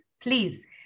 please